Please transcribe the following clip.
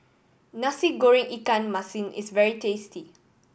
Nasi Goreng ikan masin is very tasty